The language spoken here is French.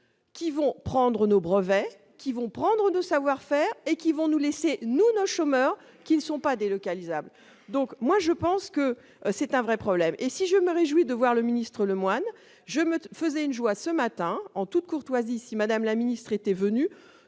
qui vont prendre nos brevets qui vont prendre nos savoir-faire et qui vont nous laisser nous nos chômeurs qui ne sont pas délocalisables, donc moi je pense que c'est un vrai problème et si je me réjouis de voir le ministre le Moine, je me faisais une joie ce matin en toute courtoisie si Madame la ministre était venu